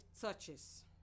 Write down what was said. touches